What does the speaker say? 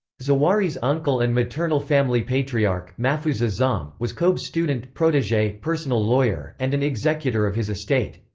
zawahiri's uncle and maternal family patriarch, mafouz azzam, was qutb's student, protege, personal lawyer, and an executor of his estate.